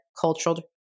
cultural